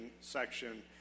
section